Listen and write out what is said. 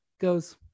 goes